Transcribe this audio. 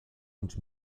und